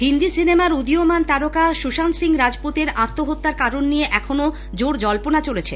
হিন্দি সিনেমার উদীয়মান তারকা সুশান্ত সিং রাজপুতের আত্মহত্যার কারণ নিয়ে এখনো জল্পনা চলেছে